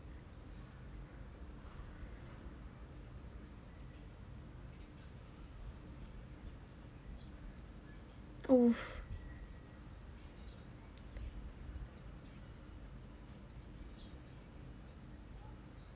!oof!